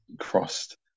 crossed